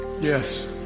Yes